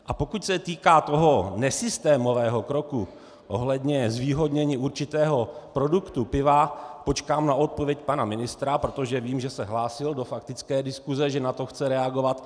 A pokud se týká toho nesystémového kroku ohledně zvýhodnění určitého produktu, piva, počkám pak na odpověď pana ministra, protože vím, že se hlásil do faktické diskuse, že na to chce reagovat.